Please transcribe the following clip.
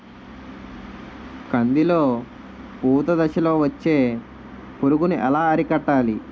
కందిలో పూత దశలో వచ్చే పురుగును ఎలా అరికట్టాలి?